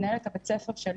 מנהלת בית הספר שלי,